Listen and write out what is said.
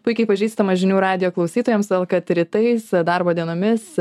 puikiai pažįstama žinių radijo klausytojams kad rytais darbo dienomis